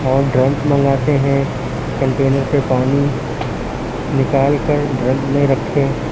اور ڈرمس منگواتے ہیں کنٹینر سے پانی نکال کر ڈرمس میں رکھیں